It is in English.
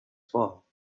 fall